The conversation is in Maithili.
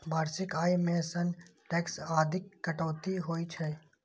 वार्षिक आय मे सं टैक्स आदिक कटौती होइ छै